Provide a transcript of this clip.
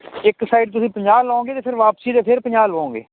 ਇੱਕ ਸਾਈਡ ਤੁਸੀਂ ਪੰਜਾਹ ਲਾਉਂਗੇ ਤੇ ਫੇਰ ਵਾਪਸੀ ਦੇ ਫੇਰ ਪੰਜਾਹ ਲਵੋਂਗੇ